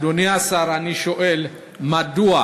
אדוני השר, אני שואל: מדוע